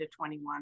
21